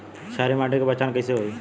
क्षारीय माटी के पहचान कैसे होई?